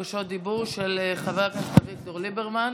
יש בקשות דיבור של חבר הכנסת אביגדור ליברמן,